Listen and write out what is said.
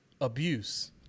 abuse